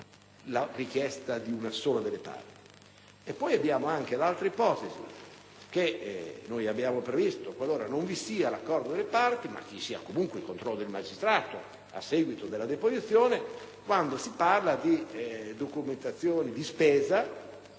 la richiesta di una sola di esse. La seconda ipotesi che abbiamo previsto è che non vi sia l'accordo delle parti, ma ci sia comunque il controllo del magistrato, a seguito della deposizione, quando si parla di documentazioni di spesa,